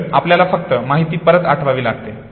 उलट आपल्याला फक्त माहिती परत आठवावी लागते